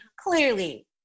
clearly